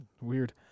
Weird